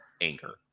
anchor